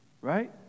right